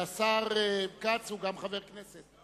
והשר כץ הוא גם חבר כנסת.